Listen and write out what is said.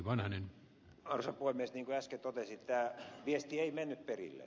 niin kuin äsken totesin tämä viesti ei mennyt perille